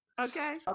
Okay